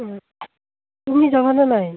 তুমি যাবানে নাই